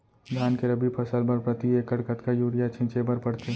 धान के रबि फसल बर प्रति एकड़ कतका यूरिया छिंचे बर पड़थे?